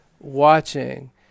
watching